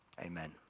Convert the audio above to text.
amen